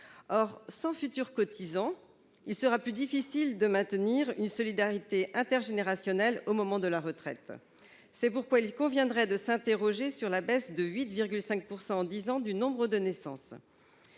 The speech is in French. Or sans futurs cotisants, il sera plus difficile de maintenir une solidarité intergénérationnelle au moment de la retraite. C'est pourquoi il conviendrait de s'interroger sur la baisse de 8,5 % en dix ans du nombre de naissances.